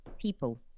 people